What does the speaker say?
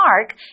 park